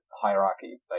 hierarchy